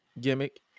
gimmick